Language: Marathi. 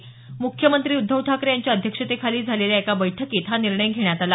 म्ख्यमंत्री उद्धव ठाकरे यांच्या अध्यक्षतेखाली झालेल्या एका बैठकीत हा निर्णय घेण्यात आला